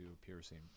piercing